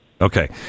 Okay